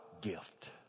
gift